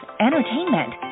entertainment